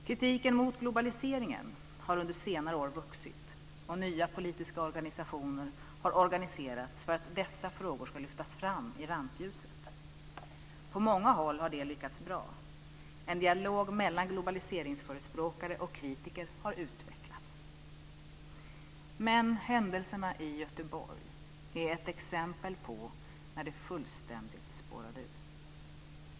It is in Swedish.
Kritiken mot globaliseringen har under senare år vuxit, och nya politiska organisationer har organiserats för att dessa frågor ska lyftas fram i rampljuset. På många håll har det lyckats bra. En dialog mellan globaliseringsförespråkare och kritiker har utvecklats. Men händelserna i Göteborg är ett exempel på när det fullständigt spårade ur.